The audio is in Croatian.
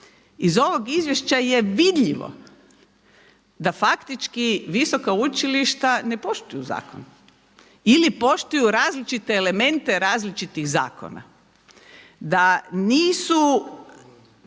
Iz ovog izvješća je vidljivo da faktički visoka učilišta ne poštuju zakon ili poštuju različite elemente različitih zakona. Da nisu,